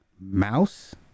mouse